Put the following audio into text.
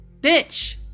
bitch